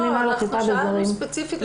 לא, שאלנו ספציפית.